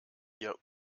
hier